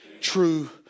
true